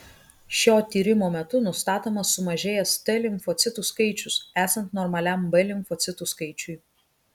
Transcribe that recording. šio tyrimo metu nustatomas sumažėjęs t limfocitų skaičius esant normaliam b limfocitų skaičiui